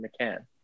McCann